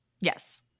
Yes